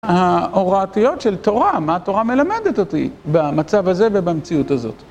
ההוראתיות של תורה, מה התורה מלמדת אותי במצב הזה ובמציאות הזאת.